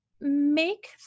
make